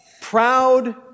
proud